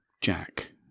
Jack